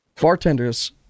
Bartenders